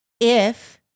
if-